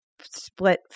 split